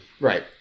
right